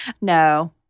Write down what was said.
no